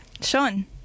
Sean